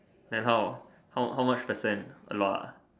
then how how how much percent a lot ah